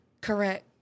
Correct